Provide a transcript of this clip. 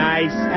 Nice